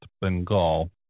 Bengal